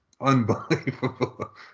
unbelievable